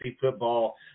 football